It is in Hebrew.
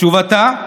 תשובתה: